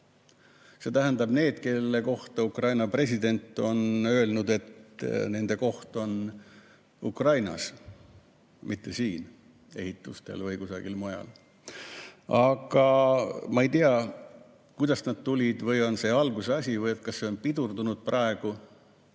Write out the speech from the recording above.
et need on need, kelle kohta Ukraina president on öelnud, et nende koht on Ukrainas, mitte siin ehitustel või kusagil mujal. Ma ei tea, kuidas nad tulid või on see alguse asi või kas see pidurdunud praegu.